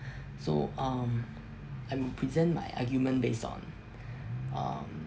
so um I will present my argument based on um